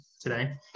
today